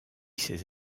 ses